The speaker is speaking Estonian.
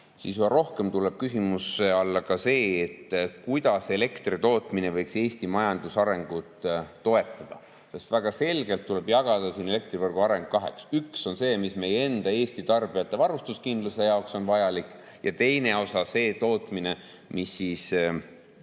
aga üha rohkem tuleb küsimuse alla ka see, kuidas võiks elektritootmine Eesti majanduse arengut toetada. Väga selgelt tuleb jagada elektrivõrgu areng kaheks. Üks osa on see, mis meie enda, Eesti tarbijate varustuskindluse jaoks on vajalik, ja teine osa on see tootmine, mis on